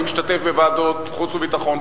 אני משתתף בוועדת חוץ וביטחון,